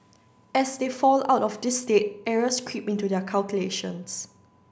as they fall out of this state errors creep into their calculations